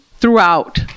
throughout